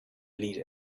leader